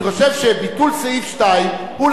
אני חושב שביטול סעיף 2 הוא,